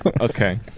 Okay